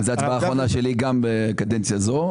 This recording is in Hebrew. זו גם הצבעה שלי בקדנציה זו.